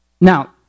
Now